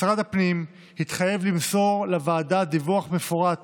משרד הפנים התחייב למסור לוועדה דיווח מפורט